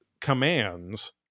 commands